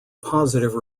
positive